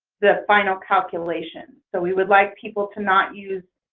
the final calculation. so we would like people to not use,